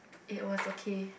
it was okay